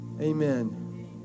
Amen